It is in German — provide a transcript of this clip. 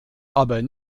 aber